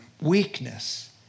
weakness